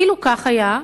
אילו כך היה,